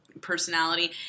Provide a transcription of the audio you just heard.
personality